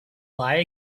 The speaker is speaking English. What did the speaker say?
lie